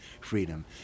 freedom